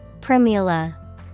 Primula